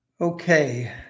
Okay